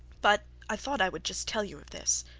but i thought i would just tell you of this,